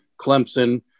Clemson